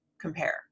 compare